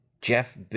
Jeff